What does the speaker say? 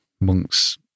Monk's